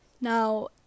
Now